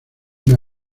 una